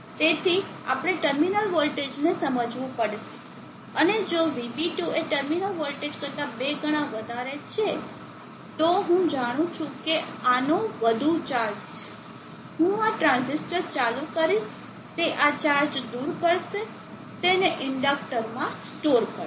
તેથી આપણે ટર્મિનલ વોલ્ટેજને સમજવું પડશે અને જો VB2 એ ટર્મિનલ વોલ્ટેજ કરતા 2 ગણા વધારે છે તો હું જાણું છું કે આનો વધુ ચાર્જ છે હું આ ટ્રાંઝિસ્ટર ચાલુ કરીશ તે આ ચાર્જ દૂર કરશે તેને ઇન્ડક્ટરમાં સ્ટોર કરશે